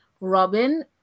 Robin